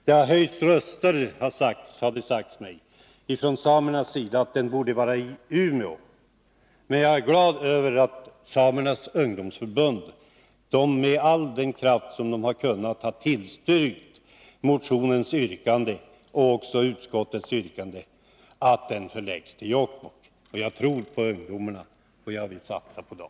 Det har sagts mig att man från samernas sida har höjt sin röst till försvar för tanken att rennäringsdelegationen borde finnas i Umeå. Men jag är glad över att samernas ungdomsförbund med all kraft förordat motionens yrkande och även utskottets hemställan att rennäringsdelegationen förläggs till Jokkmokk. Jag tror på ungdomarna, och jag vill satsa på dem.